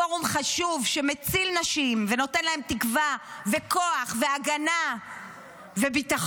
פורום חשוב שמציל נשים ונותן להן תקווה וכוח והגנה וביטחון,